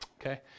Okay